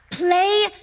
Play